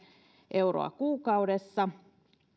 euroa kuukaudessa